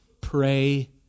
pray